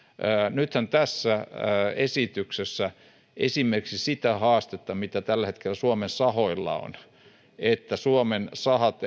nythän tässä esityksessä ei ratkaista esimerkiksi sitä haastetta mikä tällä hetkellä suomen sahoilla on että suomen sahat